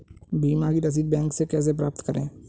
बीमा की रसीद बैंक से कैसे प्राप्त करें?